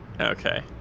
Okay